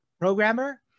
programmer